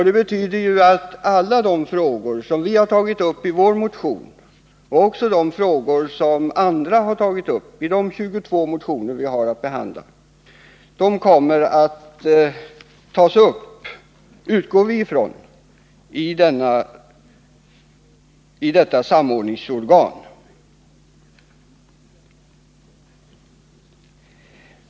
Det betyder att alla de frågor som vi har tagit upp i vår motion och även de frågor som andra har tagit upp i de 22 motioner som utskottet haft att behandla kommer att tas upp — det utgår vi ifrån — i detta samordningsorgan.